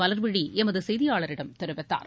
மலர்விழி எமது செய்தியாளரிடம் தெரிவித்தார்